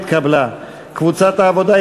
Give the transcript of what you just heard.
גני טרום-חובה,